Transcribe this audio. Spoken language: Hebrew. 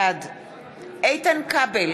בעד איתן כבל,